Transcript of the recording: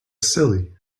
silly